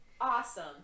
Awesome